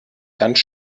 ganz